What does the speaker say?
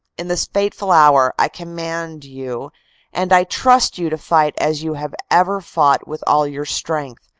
in this fateful hour, i command you and i trust you to fight as you have ever fought with all your strength,